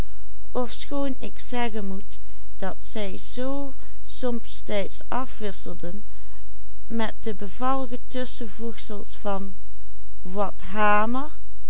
afwisselden met de bevallige tusschenvoegsels van wat hamer